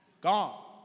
gone